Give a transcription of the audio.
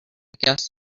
guest